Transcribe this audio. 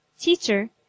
Teacher